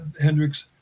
Hendrix